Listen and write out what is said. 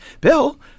Bill